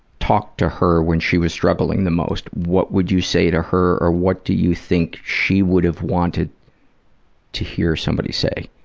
talk to her when she was struggling the most what would you say to her or what do you think she would have wanted to hear somebody say?